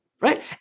right